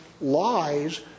lies